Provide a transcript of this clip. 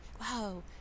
Wow